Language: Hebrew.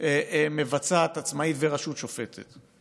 מבצעת עצמאית ורשות שופטת.